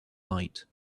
light